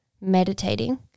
meditating